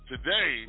Today